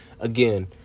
Again